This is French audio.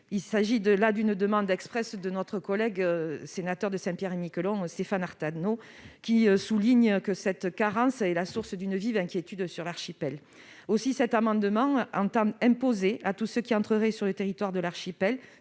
Il s'agit d'une demande expresse de notre collègue de Saint-Pierre-et-Miquelon Stéphane Artano, qui souligne que cette carence est la source d'une vive inquiétude dans l'archipel. Cet amendement tend à imposer à tous ceux qui entreraient sur le territoire de l'archipel